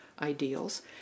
ideals